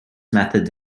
method